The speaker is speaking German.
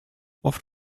oft